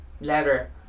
letter